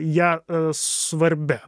ją svarbia